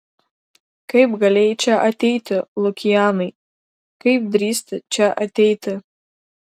kaip galėjai čia ateiti lukianai kaip drįsti čia ateiti